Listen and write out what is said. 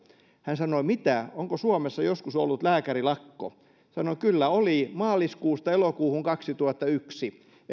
hän sanoi mitä onko suomessa joskus ollut lääkärilakko sanoin kyllä oli maaliskuusta elokuuhun kaksituhattayksi